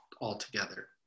altogether